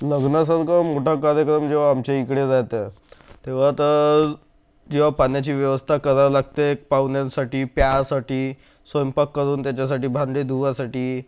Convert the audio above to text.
लग्नासारखा मोठा कार्यक्रम जेव्हा आमच्या इकडे राहता तेव्हा तर जेवा पाण्याची व्यवस्था करावं लागते पाहुण्यांसाठी प्यायसाठी स्वयंपाक करून त्याच्यासाठी भांडे धुवायसाठी